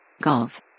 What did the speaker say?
Golf